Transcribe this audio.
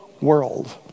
world